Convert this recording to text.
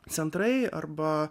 centrai arba